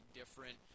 different